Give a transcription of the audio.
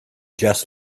just